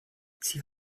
sie